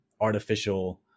artificial